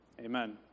Amen